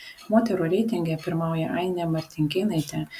moterų reitinge pirmauja ainė martinkėnaitė